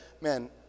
man